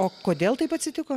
o kodėl taip atsitiko